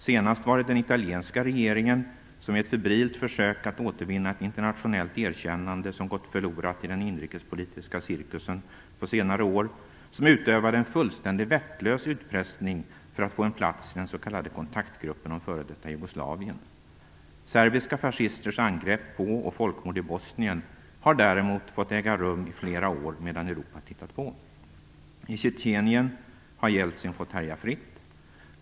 Senast var det den italienska regeringen som i ett febrilt försök att återvinna ett internationellt erkännande, som gått förlorat i den inrikespolitiska cirkusen på senare år, utövade en fullkomligt vettlös utpressning för att få plats i den s.k. kontaktgruppen om f.d. Jugoslavien. Serbiska fascisters angrepp på och folkmord i Bosnien har däremot fått äga rum i flera år medan Europa tittat på. I Tjetjenien har Jeltsin fått härja fritt.